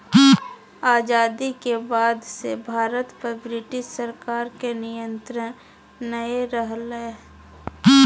आजादी के बाद से भारत पर ब्रिटिश सरकार के नियत्रंण नय रहलय